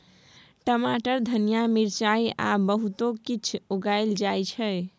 टमाटर, धनिया, मिरचाई आ बहुतो किछ उगाएल जाइ छै